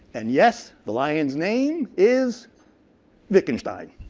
and yes, the lion's name is wicten stein,